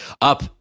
up